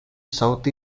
south